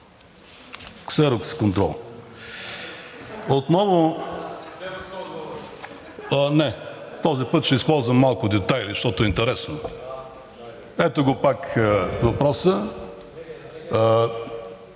ксерокс-контрол. Отново... (Реплики от ДПС.) Не, този път ще използвам малко детайли, защото е интересно. Ето го пак въпроса